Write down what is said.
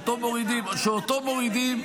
-- שאותו מורידים -- אני אענה לך,